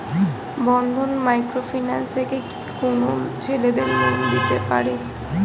বন্ধন micro finance থেকে কি কোন ছেলেদের লোন দিতে পারে?